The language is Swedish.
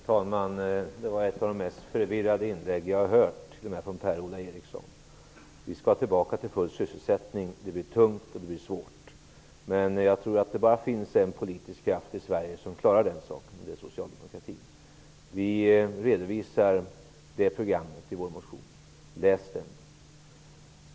Herr talman! Det var ett av de mest förvirrade inlägg jag hört från Per-Ola Eriksson. Vi skall tillbaka till full sysselsättning. Det blir tungt och svårt, men jag tror att det bara finns en politisk kraft i Sverige som klarar den saken och det är socialdemokratin. Vi redovisar programmet i vår motion. Läs den!